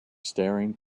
staring